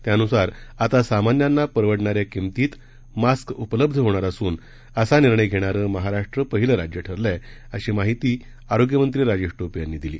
त्यानुसार आता सामान्यांना परवडणाऱ्या किमतीत मास्क उपलब्ध होणार असून असा निर्णय घेणारं महाराष्ट्र पहिलं राज्य ठरलं आहे अशी माहिती आरोग्यमंत्री राजेश टोपे यांनी दिली